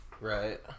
Right